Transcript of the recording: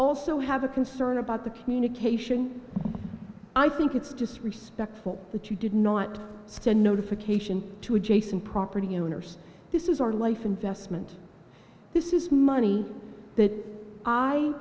also have a concern about the communication i think it's disrespectful that you did not send notification to adjacent property owners this is our life investment this is money that i